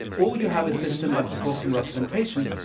or you have a system of proportional representation.